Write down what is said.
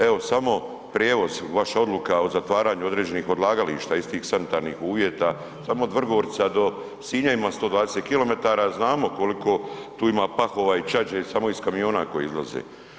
Evo samo prijevoz, vaša odluka o zatvaranju određenih odlagališta istih sanitarnih uvjeta samo od Vrgorca do Sinja ima 120 km, znamo koliko tu ima pahova i čađe samo iz kamiona koji izlaze.